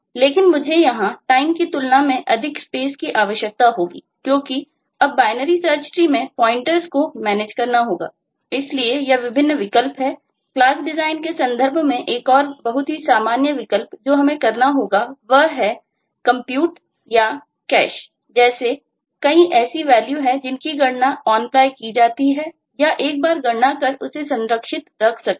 लेकिन मुझे यहां टाइम की जाती है या एक बार गणना कर उसे संग्रहित कर रख सकते हैं